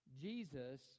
Jesus